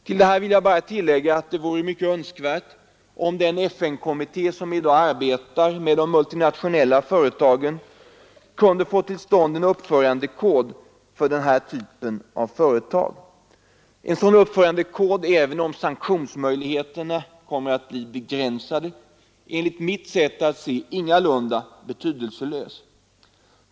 Till detta vill jag bara tillägga att det vore önskvärt om den FN-kommitté som i dag arbetar med de multinationella företagen kunde få till stånd en uppförandekod för denna typ av företag. En sådan uppförandekod är, även om sanktionsmöjligheterna kommer att bli begränsade, enligt mitt sätt att se ingalunda betydelselös.